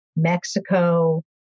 Mexico